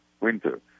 winter